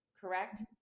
correct